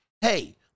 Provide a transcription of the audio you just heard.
Hey